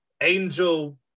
angel